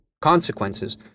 consequences